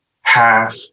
Half